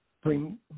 bring